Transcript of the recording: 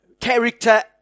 character